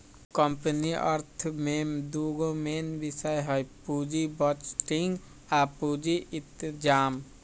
company अर्थ में दूगो मेन विषय हइ पुजी बजटिंग आ पूजी इतजाम